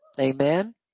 Amen